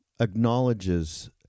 acknowledges